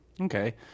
Okay